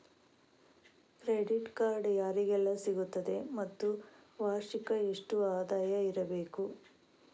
Credit card ಯಾರಿಗೆಲ್ಲ ಸಿಗುತ್ತದೆ ಮತ್ತು ವಾರ್ಷಿಕ ಎಷ್ಟು ಆದಾಯ ಇರಬೇಕು?